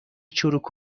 چروک